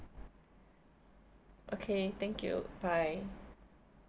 okay thank you bye